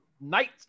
night